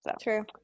True